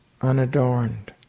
unadorned